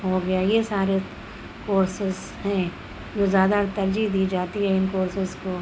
ہو گیا یہ سارے کورسز ہیں جو زیادہ ترجیح دی جاتی ہے ان کورسز کو